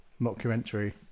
Mockumentary